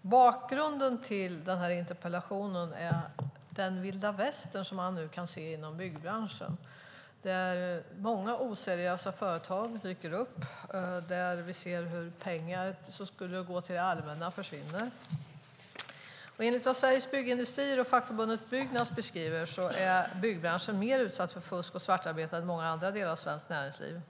Bakgrunden till interpellationen är den vilda västern man nu kan se inom byggbranschen. Många oseriösa företag dyker upp. Vi ser hur pengar som skulle gå till det allmänna försvinner. Enligt vad Sveriges Byggindustrier och fackförbundet Byggnads beskriver är byggbranschen mer utsatt för fusk och svartarbete än många andra delar av svenskt näringsliv.